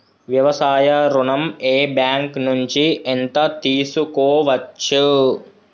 వ్యవసాయ ఋణం ఏ బ్యాంక్ నుంచి ఎంత తీసుకోవచ్చు?